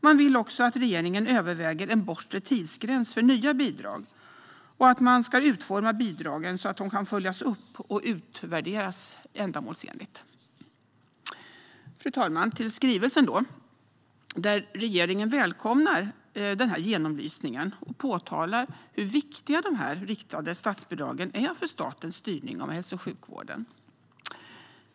Man vill också att regeringen överväger en bortre tidsgräns för nya bidrag och att man ska utforma bidragen så att de kan följas upp och utvärderas ändamålsenligt. Fru talman! Så till skrivelsen. Regeringen välkomnar genomlysningen och framhåller hur viktiga de riktade statsbidragen är för statens styrning av hälso och sjukvården.